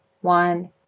one